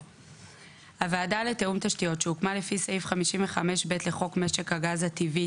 77. הוועדה לתיאום תשתיות שהוקמה לפי סעיף 55 ב לחוק משק הגז הטבעי,